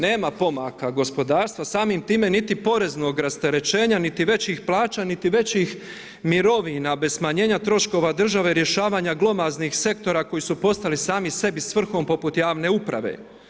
Nema pomaka u gospodarstvu samim time niti poreznog rasterećenja niti većih plaća niti većih mirovina bez smanjenja troškova države rješavanja glomaznih sektora koji su postali sami sebi svrhom poput javne uprave.